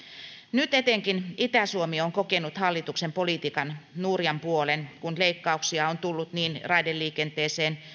nyt etenkin itä suomi on kokenut hallituksen politiikan nurjan puolen kun leikkauksia on tullut niin raideliikenteeseen ja